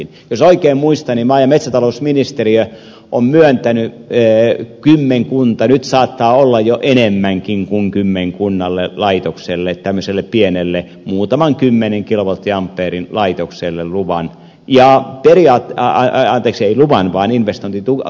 jos oikein muistan niin maa ja metsätalousministeriö on myöntänyt kymmenkunnalle nyt saattaa olla jo enemmänkin kuin kymmenkunnalle pienelle muutaman kymmenen kilovolttiampeerin laitokselle luvan ja brian rätisi luvan vain investointitukea